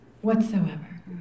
Whatsoever